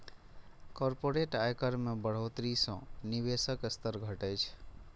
corporate आयकर मे बढ़ोतरी सं निवेशक स्तर घटै छै